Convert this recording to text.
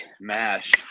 Mash